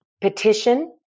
petition